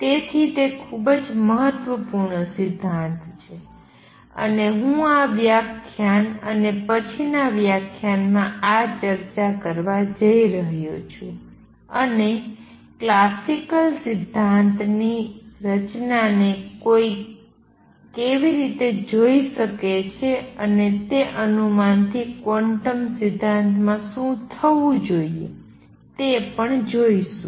તેથી તે ખૂબ જ મહત્વપૂર્ણ સિધ્ધાંત છે અને હું આ વ્યાખ્યાન અને પછીના વ્યાખ્યાનમાં આ ચર્ચા કરવા જઇ રહ્યો છું અને ક્લાસિકલ સિદ્ધાંતની રચનાને કોઈ કેવી રીતે જોઈ શકે છે અને તે અનુમાનથી ક્વોન્ટમ સિદ્ધાંતમાં શું થવું જોઈએ તે પણ જોઈશું